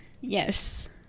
Yes